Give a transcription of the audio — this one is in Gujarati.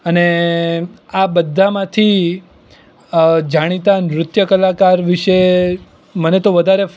અને આ બધામાંથી જાણીતા નૃત્ય કલાકાર વિશે મને તો વધારે